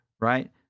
right